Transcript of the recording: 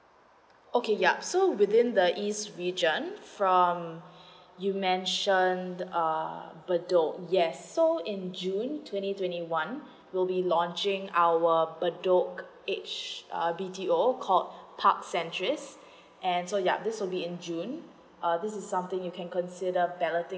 okay yup so within the east region from you mentioned that err bedok yes so in june twenty twenty one we will be launching our bedok edge err B_T_O call parks centuries so ya this will be in june uh this is something you can consider balloting